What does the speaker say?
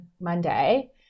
Monday